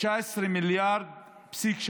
19.3 מיליארד שקלים.